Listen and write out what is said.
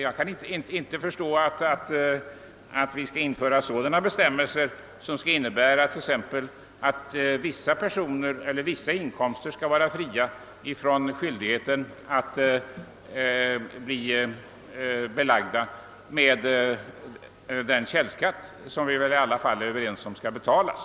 Jag kan inte förstå varför vi skulle införa bestämmelser som skulle innebära att vissa personer eller vissa inkomster skulle vara befriade från skyldigheten att bli belagda med källskatt, som vi väl i alla fall är överens om skall betalas.